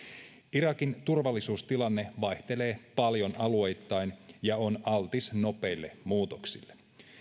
irakin turvallisuustilanne vaihtelee paljon alueittain ja on altis nopeille muutoksille